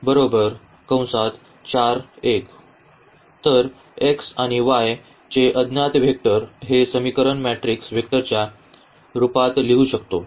x आणि y चे अज्ञात वेक्टर हे समीकरण मेट्रिक्स वेक्टरच्या रूपात लिहू शकतो